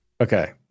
Okay